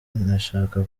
ntashaka